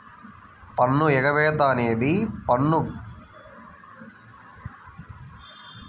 పన్ను ఎగవేత అనేది ఒకరి పన్ను భారాన్ని తగ్గించడానికి పన్ను చట్టాలను చట్టబద్ధంగా ఉపయోగించడం